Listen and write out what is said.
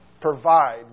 provide